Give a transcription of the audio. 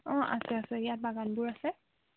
অঁ আছে আছে ইয়াত বাগানবোৰ আছে